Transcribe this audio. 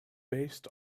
based